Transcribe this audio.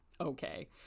Okay